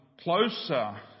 closer